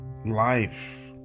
life